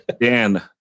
Dan